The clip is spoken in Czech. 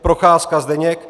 Procházka Zdeněk